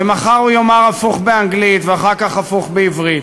ומחר הוא יאמר הפוך באנגלית, ואחר כך הפוך בעברית.